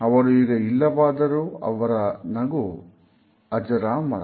ಅವರು ಈಗ ಇಲ್ಲವಾದರೂ ಅವರ ನಗು ಅಜರಾಮರ